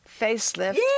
facelift